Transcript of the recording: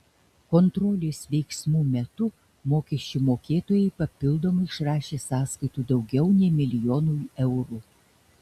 kontrolės veiksmų metu mokesčių mokėtojai papildomai išrašė sąskaitų daugiau nei milijonui eurų